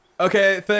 Okay